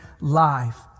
life